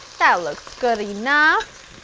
that looks good enough!